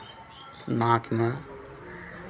नाकमे